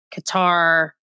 Qatar